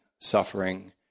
suffering